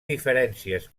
diferències